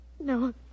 No